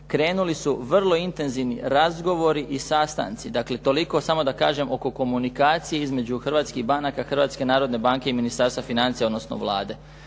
krenuli su vrlo intenzivni razgovori i sastanci. Dakle, toliko samo da kažem oko komunikacije između hrvatskih banaka, Hrvatske narodne banke i Ministarstva financija, odnosno Vlade.